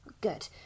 Good